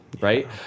right